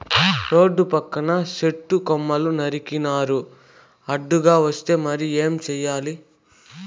రోడ్ల పక్కన సెట్టు కొమ్మలు నరికినారు అడ్డంగా వస్తే మరి ఏం చేయాల